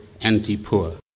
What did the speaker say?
anti-poor